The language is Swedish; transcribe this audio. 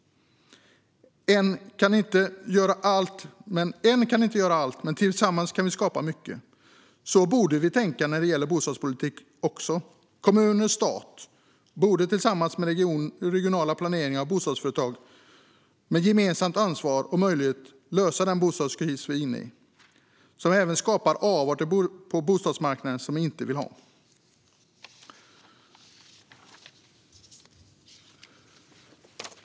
En kan inte göra allt, men tillsammans kan vi skapa mycket. Så borde vi tänka även när det gäller bostadspolitik. Kommuner och stat har tillsammans med regional planering och bostadsföretag ett gemensamt ansvar och möjligheter att lösa den bostadskris som vi är inne i, som även skapar avarter på bostadsmarknaden som vi inte vill ha.